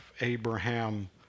Abraham